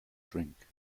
drink